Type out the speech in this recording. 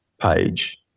page